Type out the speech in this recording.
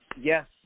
yes